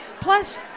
Plus